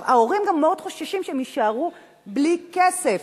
ההורים גם מאוד חוששים שהם יישארו בלי כסף,